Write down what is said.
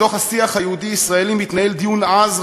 בתוך השיח היהודי-ישראלי מתנהל דיון עז,